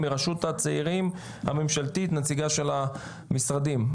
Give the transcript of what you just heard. מרשות הצעירים הממשלתית, נציגה של המשרדים.